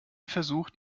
versucht